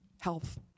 Health